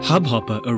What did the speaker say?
Hubhopper